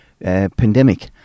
pandemic